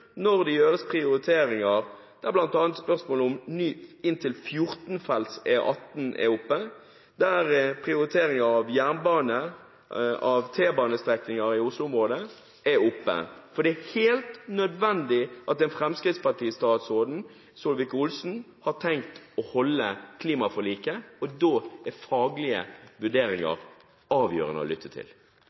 når det gjøres prioriteringer, der bl.a. spørsmålet om ny inntil 14-felts E18 er oppe, og der prioriteringer av jernbane og T-banestrekninger i Oslo-området er oppe? For det er helt nødvendig at fremskrittspartistatsråden Solvik-Olsen har tenkt å holde seg til klimaforliket, og da er faglige vurderinger avgjørende å lytte til.